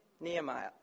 Nehemiah